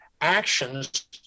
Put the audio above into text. actions